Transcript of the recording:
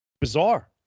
Bizarre